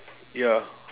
ya